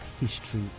History